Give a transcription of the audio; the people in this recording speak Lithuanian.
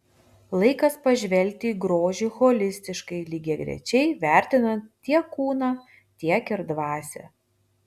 laikas pažvelgti į grožį holistiškai lygiagrečiai vertinant tiek kūną tiek ir dvasią